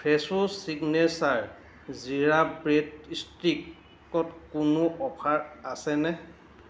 ফ্ৰেছো signature jeera bread ষ্টিকত কোনো offer আছেনে